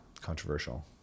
controversial